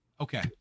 Okay